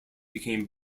became